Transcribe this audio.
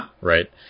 Right